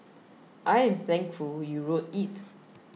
I am thankful you wrote it